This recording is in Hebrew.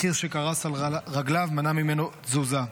וקיר שקרס על רגליו מנע ממנו תזוזה.